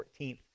14th